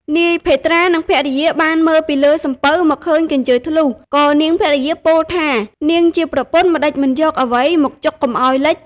នាយភេត្រា និងភរិយាបានមើលពីលើសំពៅមកឃើញកញ្ជើធ្លុះ ក៏នាងភរិយាពោលថា នាងជាប្រពន្ធម្តេចមិនយកអ្វីមកចុកកុំឱ្យលេច។